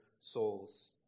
souls